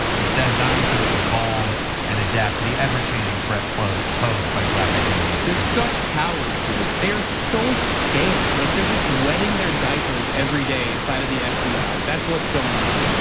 it's designed to ah evolve and adapt to the ever changing threat posed posed by black identity extremists. such cowards dude, they are so scared like they're just wetting their diapers every day inside of the fbi that's what's going on.